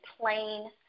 plain